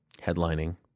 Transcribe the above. headlining